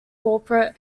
corporate